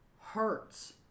hurts